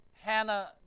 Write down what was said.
Hannah